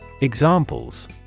Examples